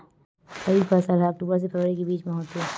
रबी फसल हा अक्टूबर से फ़रवरी के बिच में होथे